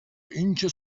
اینکه